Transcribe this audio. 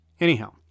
Anyhow